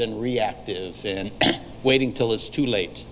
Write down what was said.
than reactive and waiting till it's too late